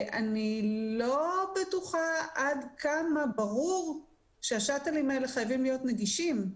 אני לא בטוחה עד כמה ברור שהשאטלים האלה חייבים להיות נגישים,